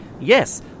yes